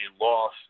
loss